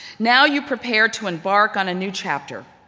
now, you prepare to embark on a new chapter.